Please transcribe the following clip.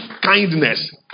kindness